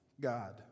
God